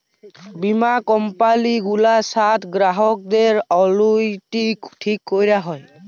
বীমা কম্পালি গুলার সাথ গ্রাহকদের অলুইটি ঠিক ক্যরাক হ্যয়